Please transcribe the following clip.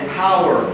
power